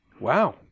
wow